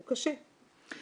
הוא קשה.